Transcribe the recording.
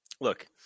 look